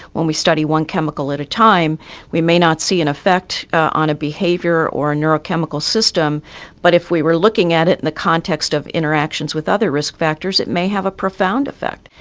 when we study one chemical at a time we may not see an effect on a behaviour or on a neurochemical system but if we were looking at it in the context of interactions with other risk factors it may have a profound effect.